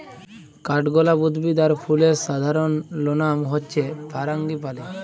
কাঠগলাপ উদ্ভিদ আর ফুলের সাধারণলনাম হচ্যে ফারাঙ্গিপালি